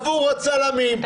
עבור הצלמים,